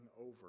over